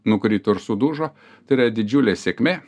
nukrito ir sudužo tai yra didžiulė sėkmė